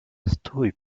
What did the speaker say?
stój